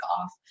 off